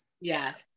Yes